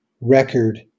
record